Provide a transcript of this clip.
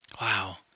Wow